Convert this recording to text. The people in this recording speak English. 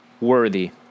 worthy